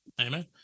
Amen